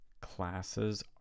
classes